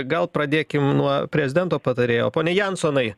gal pradėkim nuo prezidento patarėjo ponia jansonai